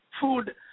food